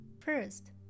First